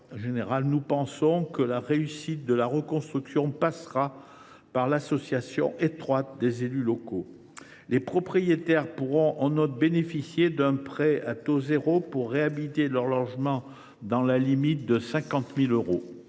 rapporteur, nous pensons que la réussite de la reconstruction passera par l’association étroite des élus locaux. Les propriétaires pourront en outre bénéficier d’un prêt à taux zéro pour réhabiliter leur logement, dans la limite de 50 000 euros.